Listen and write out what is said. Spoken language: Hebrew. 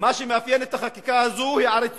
מה שמאפיין את החקיקה הזו הוא עריצות